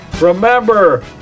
remember